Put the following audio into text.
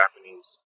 Japanese